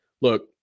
look